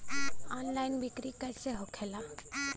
Online बिक्री कैसे होखेला?